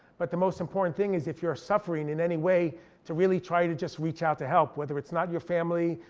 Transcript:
but the most important thing is if you're suffering in any way to really try to just reach out to help, whether it's not your family,